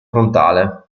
frontale